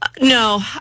No